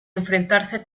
enfrentarse